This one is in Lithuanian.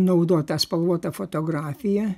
naudot tą spalvotą fotografiją